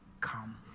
come